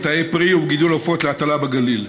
מטעי פרי ובגידול עופות להטלה בגליל,